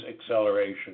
acceleration